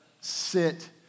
sit